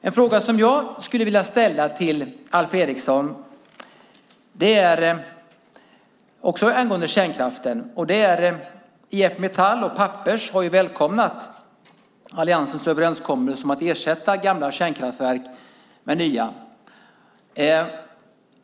En fråga som jag skulle vilja ställa till Alf Eriksson och som också gäller kärnkraften handlar om att IF Metall och Pappers välkomnat alliansens överenskommelse om att ersätta gamla kärnkraftverk med nya.